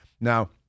Now